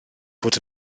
fod